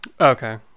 okay